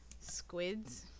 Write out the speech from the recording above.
Squids